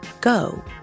Go